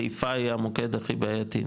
חיפה היא המוקד הכי בעייתי,